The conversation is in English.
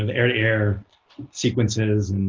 and air-to-air sequences.